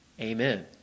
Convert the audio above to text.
Amen